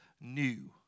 new